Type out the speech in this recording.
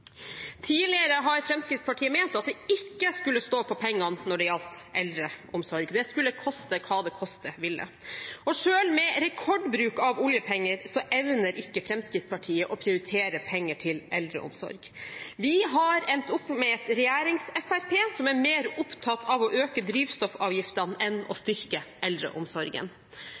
Tidligere har Fremskrittspartiet ment at det ikke skulle stå på pengene når det gjaldt eldreomsorg. Det skulle koste hva det koste ville. Selv med rekordbruk av oljepenger evner ikke Fremskrittspartiet å prioritere penger til eldreomsorg. Vi har endt opp med et regjerings-Frp som er mer opptatt av å øke drivstoffavgiftene enn å styrke eldreomsorgen.